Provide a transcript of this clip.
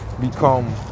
become